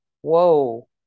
Whoa